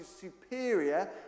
superior